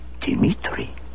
Dimitri